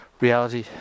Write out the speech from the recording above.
reality